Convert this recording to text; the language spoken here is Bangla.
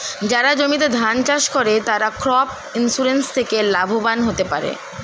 যারা জমিতে ধান চাষ করে তারা ক্রপ ইন্সুরেন্স থেকে লাভবান হতে পারে